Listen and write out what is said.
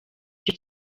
icyo